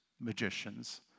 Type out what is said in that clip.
magicians